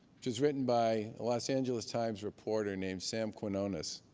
which is written by a los angeles times reporter named sam quinones.